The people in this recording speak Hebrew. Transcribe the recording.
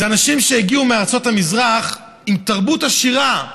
אלה אנשים שהגיעו מארצות המזרח עם תרבות עשירה,